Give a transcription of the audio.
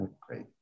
Great